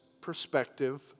perspective